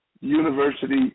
University